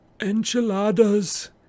enchiladas